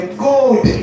gold